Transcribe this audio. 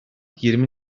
yirmi